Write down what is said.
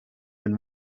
than